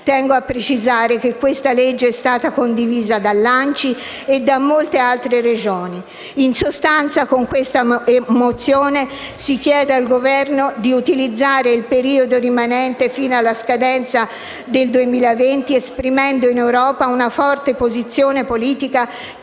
Tengo a precisare che questa legge è stata condivisa dall'ANCI e da molte altre Regioni. In sostanza, con la mozione presentata si chiede al Governo di utilizzare il periodo rimanente fino alla scadenza del 2020 esprimendo in Europa una forte posizione politica